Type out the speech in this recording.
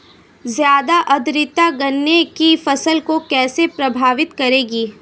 ज़्यादा आर्द्रता गन्ने की फसल को कैसे प्रभावित करेगी?